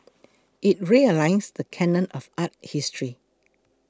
it realigns the canon of art history